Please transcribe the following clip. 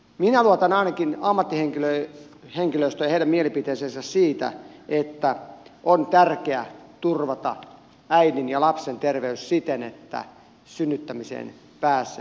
minä luotan ainakin ammattihenkilöstöön ja heidän mielipiteeseensä siitä että on tärkeä turvata äidin ja lapsen terveys siten että synnyttämään pääsee nopeasti